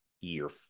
year